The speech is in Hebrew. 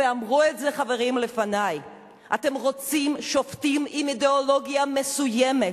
ואמרו את זה חברים לפני: אתם רוצים שופטים עם אידיאולוגיה מסוימת.